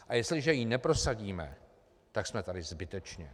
A jestliže ji neprosadíme, tak jsme tady zbytečně.